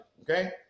Okay